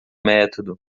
método